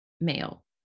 male